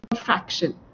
fraction